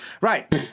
right